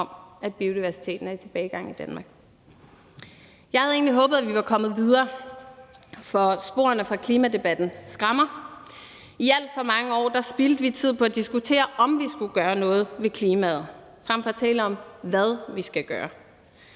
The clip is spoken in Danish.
om, at biodiversiteten er i tilbagegang i Danmark. Jeg havde egentlig håbet, at vi var kommet videre, for sporene fra klimadebatten skræmmer. I alt for mange år spildte vi tid på at diskutere, om vi skulle gøre noget ved klimaet frem for at tale om, hvad vi skal gøre.